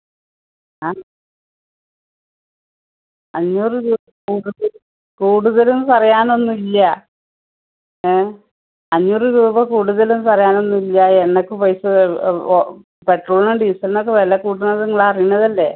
ആ അഞ്ഞൂറ് രൂപ കൂടുതൽ കൂടുതൽ പറയാനൊന്നൂല്ല്യ ഏ അഞ്ഞൂറ് രൂപ കൂടുതൽ പറയാനൊന്നൂല്ല എണ്ണയ്ക്ക് പൈസ പെട്രോളിന് ഡീസൽനക്കെ വില കൂടുന്നത് നിങ്ങളറീണതല്ലെ